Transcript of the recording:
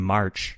March